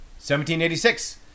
1786